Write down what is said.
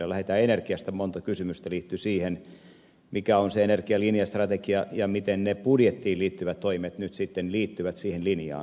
lähdetään energiasta monta kysymystä liittyi siihen mikä on se energialinja strategia ja miten ne budjettiin liittyvät toimet nyt sitten liittyvät siihen linjaan